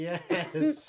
Yes